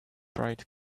bright